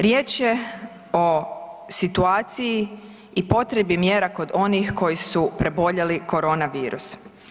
Riječ je o situaciji i potrebi mjera kod onih koji su preboljeli korona virus.